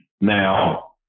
Now